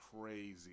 crazy